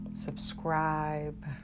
Subscribe